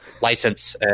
license